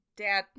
Dad-